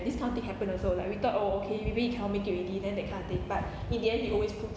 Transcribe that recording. this kind of thing happen also like we thought oh okay maybe he cannot make it already then that kind of thing but in the end he always pull